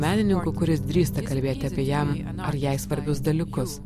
menininku kuris drįsta kalbėti apie jam ar jai svarbius dalykus